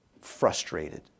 frustrated